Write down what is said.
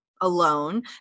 alone